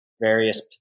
various